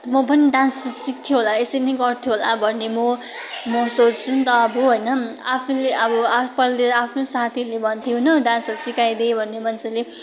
म पनि डान्स सि सिक्थेँ होला यसरी नै गर्थेँ होला भन्ने म म सोच्छु नि त अब होइन आफूले अब पहिलातिर आफ्नै साथीले भन्थ्यो होइन डान्सहरू सिकाइदे भन्ने मान्छेले